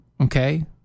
Okay